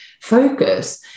focus